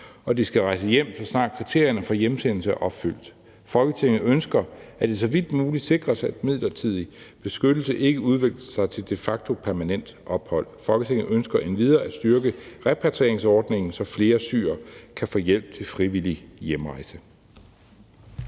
at de skal rejse hjem, så snart kriterierne for hjemsendelse er opfyldt. Folketinget ønsker, at det så vidt muligt sikres, at midlertidig beskyttelse ikke udvikler sig til de facto permanent ophold. Folketinget ønsker endvidere at styrke repatrieringsordningen, så flere syrere kan få hjælp til frivillig hjemrejse.«